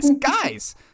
guys